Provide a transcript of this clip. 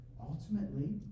ultimately